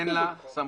אין לה סמכות.